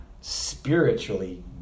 spiritually